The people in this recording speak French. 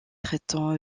traitant